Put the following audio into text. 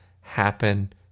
happen